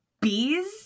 bees